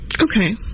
Okay